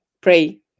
pray